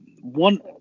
one